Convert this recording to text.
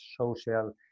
social